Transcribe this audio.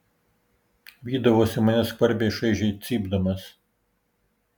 vydavosi mane skvarbiai šaižiai cypdamas